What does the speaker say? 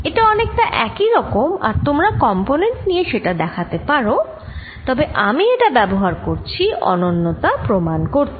এটা অনেকটা একই রকম আর তোমরা কম্পোনেন্ট নিয়ে সেটা দেখাতে পারো তবে আমি এটা ব্যবহার করছি অনন্যতা প্রমাণ করতে